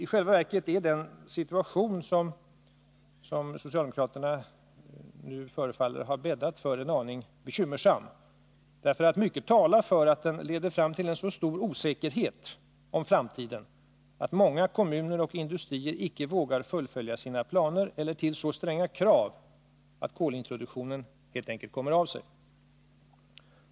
I själva verket är den situation som socialdemokraterna nu förefaller ha bäddat för en aning bekymmersam, därför att mycket talar för att den leder fram till en så stor osäkerhet om framtiden att många kommuner och industrier icke vågar fullfölja sina planer eller till så stränga krav att kolintroduktionen helt enkelt kommer av sig.